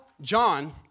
John